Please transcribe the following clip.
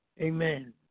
Amen